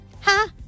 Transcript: Ha